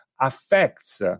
affects